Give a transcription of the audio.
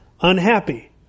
unhappy